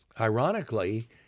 Ironically